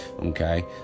Okay